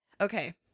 Okay